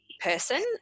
person